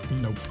Nope